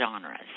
genres